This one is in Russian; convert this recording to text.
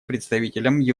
представителем